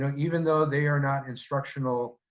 even though they are not instructional